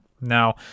Now